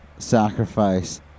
sacrifice